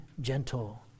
gentle